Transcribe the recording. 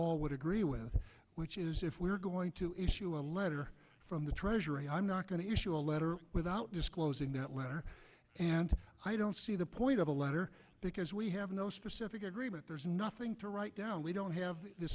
all would agree with which is if we're going to issue a letter from the treasury i'm not going to issue a letter without disclosing that letter and i don't see the point of the letter because we have no specific agreement there's nothing to write down we don't have the